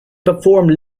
performed